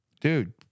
dude